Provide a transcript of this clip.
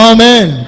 Amen